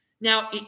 Now